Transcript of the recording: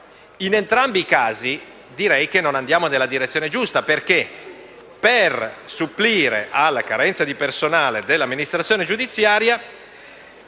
In entrambi i casi non andiamo nella direzione giusta, perché per supplire alla carenza di personale dell'amministrazione giudiziaria